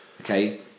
Okay